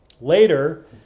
Later